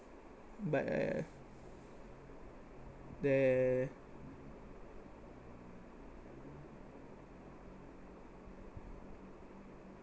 but uh the